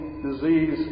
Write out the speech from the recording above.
disease